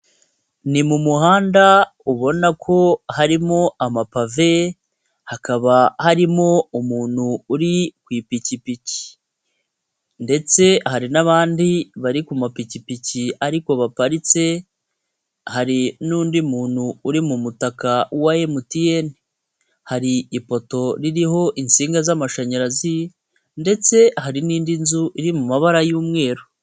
Ni mu muhanda ubona ko harimo amapave hakaba harimo umuntu uri ku ipikipiki ndetse hari n'abandi bari ku mapikipiki ariko baparitse, hari n'undi muntu uri mu mutaka wa MTN, hari ifoto ririho insinga z'amashanyarazi ndetse hari n'indi nzu iri mu mabara y'umweru.